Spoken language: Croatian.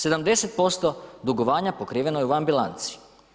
70% dugovanja pokriveno je u van bilanci.